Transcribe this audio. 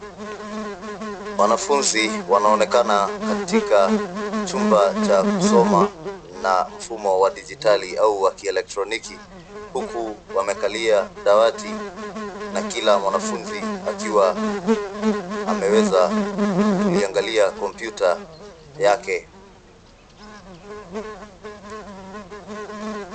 Wanafunzi wanaonekana katika chumba cha kusoma na mfumo wa dijitali au wa kielektroniki, huku wanakalia dawati na kila mwanafunzi akiwa ameweza kuliangalia kompyuta yake.